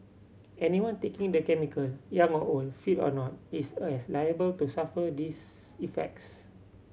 anyone taking the chemical young or old fit or not is as liable to suffer these effects